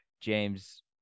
james